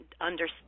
understand